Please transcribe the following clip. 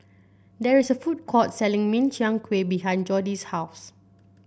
there is a food court selling Min Chiang Kueh behind Jordy's house